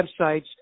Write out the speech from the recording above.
websites